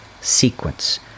Sequence